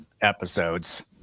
episodes